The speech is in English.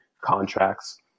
contracts